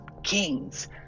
Kings